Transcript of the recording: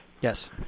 Yes